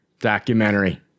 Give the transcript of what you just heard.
documentary